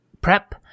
PrEP